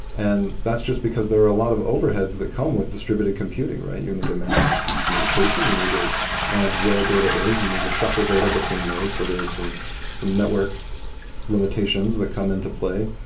and that's just because there are a lot of overheads that come with distributed computing. you need to manage communication. you need to manage where data is. you need to shuffle data between nodes. so there are some some network limitations that come into play.